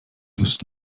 دوست